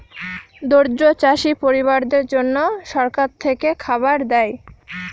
দরিদ্র চাষী পরিবারদের জন্যে সরকার থেকে খাবার দেয়